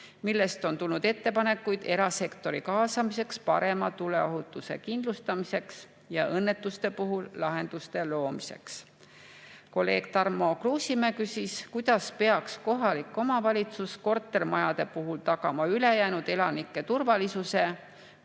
millest on tulnud ettepanekuid erasektori kaasamiseks parema tuleohutuse kindlustamiseks ja õnnetuste puhul lahenduste loomiseks. Kolleeg Tarmo Kruusimäe küsis, kuidas peaks kohalik omavalitsus kortermajade puhul tagama ülejäänud elanike turvalisuse,